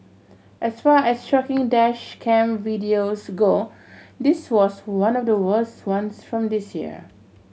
as far as shocking dash cam videos go this was one of the worst ones from this year